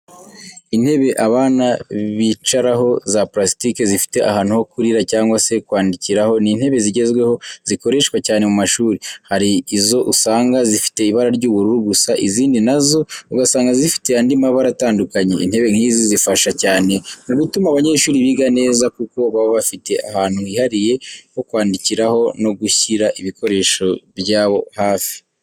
Intebe abana bicaraho za purasitike zifite ahantu ho kurira cyangwa se kwandikiraho ni intebe zigezweho zikoreshwa cyane mu mashuri, Hari izo usanga zifite ibara ry'ubururu gusa, izindi na zo ugasanga zifite andi mabara atandukanye. Intebe nk'izi zifasha cyane mu gutuma abanyeshuri biga neza, kuko baba bafite ahantu hihariye ho kwandikiraho no gushyira ibikoresho byabo hafi.